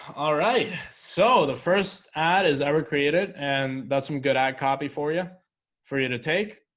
alright, so the first ad is ever created and that's some good ad copy for you for you to take